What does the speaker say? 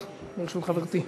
לרשות חברתי.